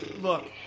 Look